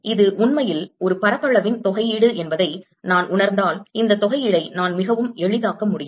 இது உண்மையில் ஒரு பரப்பளவின் தொகையீடு என்பதை நான் உணர்ந்தால் இந்த தொகையீடை நான் மிகவும் எளிதாக்க முடியும்